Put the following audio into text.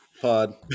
pod